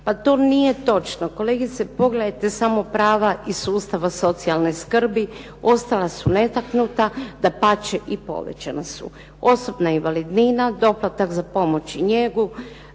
Pa to nije točno. Kolegice pogledajte samo prava iz sustava socijalne skrbi, ostala su netaknuta, dapače i povećana su. Osobna invalidnina, doplatak za pomoć i njegu,